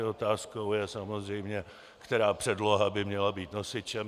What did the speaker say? Otázkou je samozřejmě, která předloha by měla být nosičem.